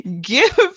give